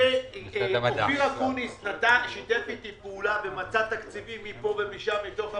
אופיר אקוניס שיתף אתי פעולה ומצא תקציבים מפה ומשם מתוך המשרד.